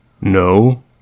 No